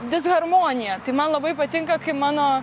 disharmonija tai man labai patinka kai mano